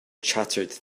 chattered